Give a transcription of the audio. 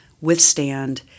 withstand